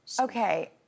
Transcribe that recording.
Okay